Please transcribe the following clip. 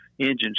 engines